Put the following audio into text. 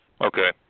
Okay